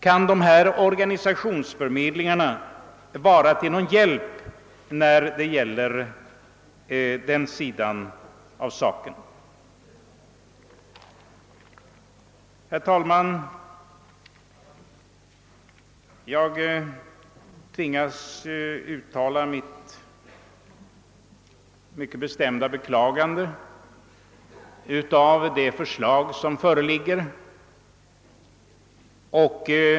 Kan de här organisationsförmedlingarna vara till någon hjälp när det gäller den sidan av saken? Herr talman! Jag tvingas uttala mitt mycket bestämda beklagande av det förslag som föreligger.